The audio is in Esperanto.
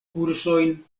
kursojn